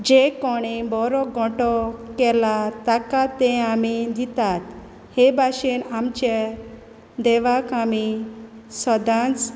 जे कोणें बोरो गोटो केला ताका तें आमी दितात हे भाशेन आमचे देवाक आमी सोदांच पयलो